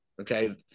Okay